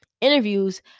Interviews